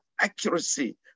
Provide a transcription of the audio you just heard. accuracy